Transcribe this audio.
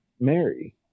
Mary